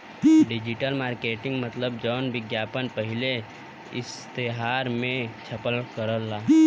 digital marketing मतलब जौन विज्ञापन पहिले इश्तेहार मे छपल करला